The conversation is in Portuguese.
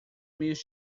meios